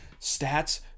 stats